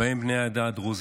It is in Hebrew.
ובהם בני העדה הדרוזית: